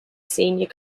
senior